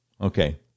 Okay